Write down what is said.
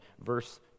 verse